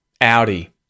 Audi